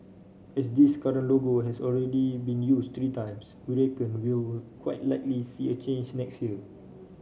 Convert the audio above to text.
as this current logo has already been used three times we reckon we'll quite likely see a change next year